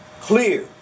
Clear